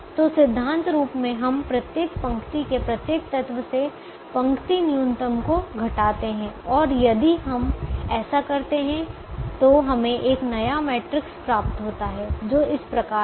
तो सिद्धांत रूप में हम प्रत्येक पंक्ति के प्रत्येक तत्व से पंक्ति न्यूनतम को घटाते हैं और यदि हम ऐसा करते हैं तो हमें एक नया मैट्रिक्स प्राप्त होता है जो इस प्रकार है